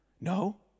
No